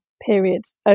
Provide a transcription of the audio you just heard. periods